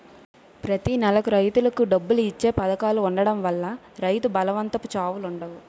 ప్రతి నెలకు రైతులకు డబ్బులు ఇచ్చే పధకాలు ఉండడం వల్ల రైతు బలవంతపు చావులుండవు